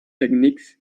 techniques